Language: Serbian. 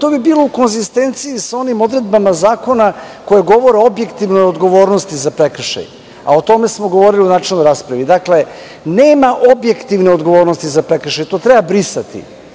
To bi bilo u konzistenciji sa onim odredbama zakona koje govore o objektivnoj odgovornosti za prekršaj, a o tome smo govorili u načelnoj raspravi. Dakle, nema objektivne odgovornosti za prekršaje. To treba brisati.